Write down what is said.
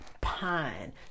Pine